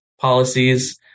policies